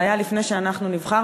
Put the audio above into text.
זה היה לפני שאנחנו נבחרנו.